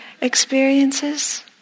experiences